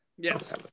Yes